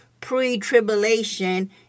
pre-tribulation